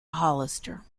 hollister